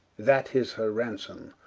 that is her ransome,